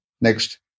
Next